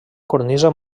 cornisa